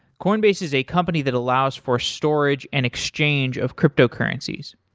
coinbase is a company that allows for storage and exchange of cryptocurrencies.